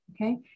okay